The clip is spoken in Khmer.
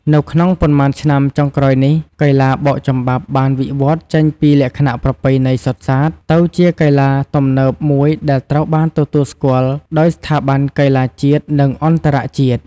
នៅក្នុងប៉ុន្មានឆ្នាំចុងក្រោយនេះ កីឡាបោកចំបាប់បានវិវឌ្ឍចេញពីលក្ខណៈប្រពៃណីសុទ្ធសាធ ទៅជាកីឡាទំនើបមួយដែលត្រូវបានទទួលស្គាល់ដោយស្ថាប័នកីឡាជាតិ និងអន្តរជាតិ។